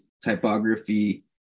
typography